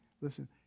listen